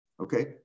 Okay